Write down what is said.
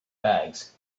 bags